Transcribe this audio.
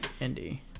indy